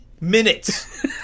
minutes